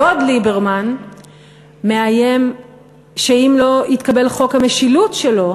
הדוד ליברמן מאיים שאם לא יתקבל חוק המשילות שלו